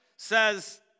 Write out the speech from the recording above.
says